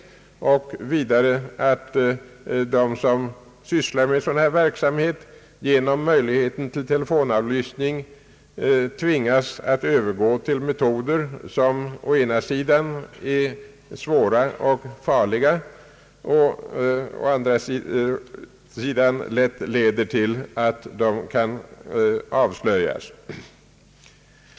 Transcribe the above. Vidare vet vi att, genom att det finns möjlighet att göra telefonavlyssningar, de brottslingar som sysslar med dylik verksamhet tvingas övergå till metoder som å ena sidan är svåra och farliga, å andra sidan lätt leder till att de skyldiga kan avslöjas.